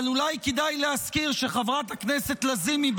אבל אולי כדאי להזכיר שחברת הכנסת לזימי,